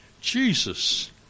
Jesus